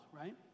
right